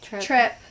trip